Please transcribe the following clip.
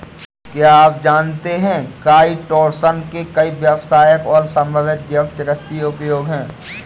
क्या आप जानते है काइटोसन के कई व्यावसायिक और संभावित जैव चिकित्सीय उपयोग हैं?